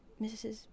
Mrs